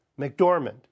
McDormand